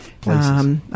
places